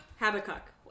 Habakkuk